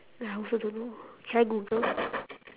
ya I also don't know should I google